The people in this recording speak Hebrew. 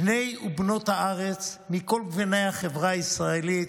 בני ובנות הארץ מכל גוני החברה הישראלית.